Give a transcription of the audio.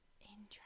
interesting